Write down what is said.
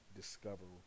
discover